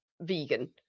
vegan